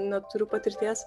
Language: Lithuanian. neturiu patirties